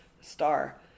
star